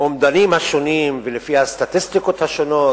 האומדנים השונים ולפי הסטטיסטיקות השונות,